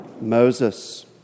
Moses